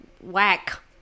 whack